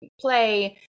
play